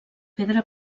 pedra